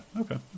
Okay